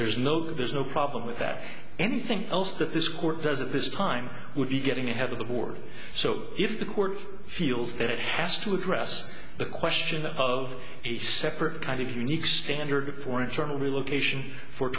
there's no there's no problem with that anything else that this court does at this time would be getting ahead of the board so if the court feels that it has to address the question of a separate kind of unique standard for internal relocation for